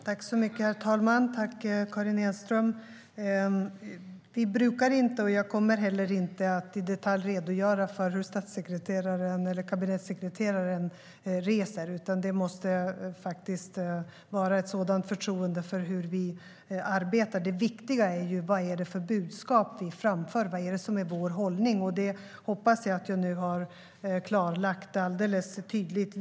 Herr talman! Karin Enström! Vi brukar inte, och jag kommer inte heller att göra det, i detalj redogöra för hur statssekreteraren eller kabinettssekreteraren reser. Det måste faktiskt vara ett sådant förtroende för hur vi arbetar. Det viktiga är ju vad det är för budskap vi framför om vad det är som är vår hållning. Det hoppas jag att jag nu har gjort alldeles tydligt.